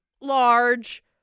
large